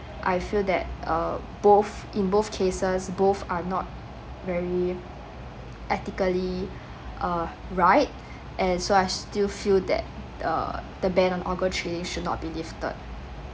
I feel that err both in both cases both are not very ethically uh right and so I still feel that err the ban on organ trading should not be lifted